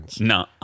No